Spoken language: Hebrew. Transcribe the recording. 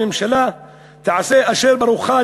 והממשלה תעשה אשר ברוחה,